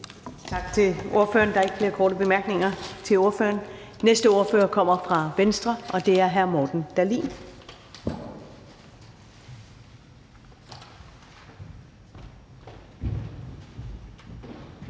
Tak til hr. Jeppe Bruus. Der er ikke flere korte bemærkninger til ordføreren. Den næste ordfører kommer fra Venstre, og det er hr. Morten Dahlin.